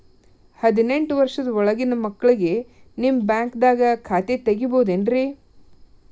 ಹದಿನೆಂಟು ವರ್ಷದ ಒಳಗಿನ ಮಕ್ಳಿಗೆ ನಿಮ್ಮ ಬ್ಯಾಂಕ್ದಾಗ ಖಾತೆ ತೆಗಿಬಹುದೆನ್ರಿ?